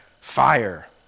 fire